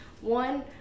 one